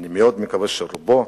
אני מאוד מקווה שרובו,